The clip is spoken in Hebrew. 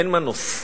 אין מנוס.